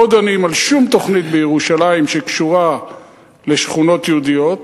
לא דנים על שום תוכנית בירושלים שקשורה לשכונות יהודיות